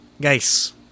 guys